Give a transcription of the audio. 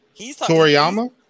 Toriyama